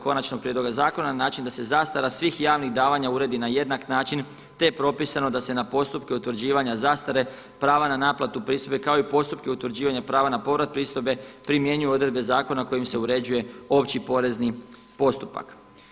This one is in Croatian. Konačnog prijedloga zakona na način da se zastara svih javnih davanja uredi na jednak način, te je propisano da se na postupke utvrđivanja zastare prava na naplatu pristojbe kao i postupke utvrđivanja prava na povrat pristojbe primjenjuju odredbe zakona kojim se uređuje Opći porezni postupak.